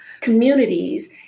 communities